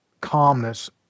calmness